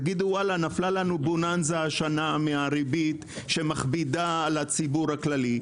תגידו: נפלה לנו בוננזה השנה מהריבית שמכבידה על הציבור הכללי,